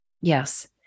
Yes